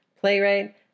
playwright